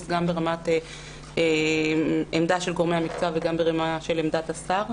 גם ברמת עמדה של גורמי המקצוע וגם ברמה של עמדת השר,